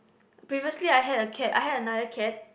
previously I had a cat I had another cat